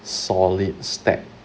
solid stack